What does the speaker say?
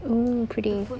mm pretty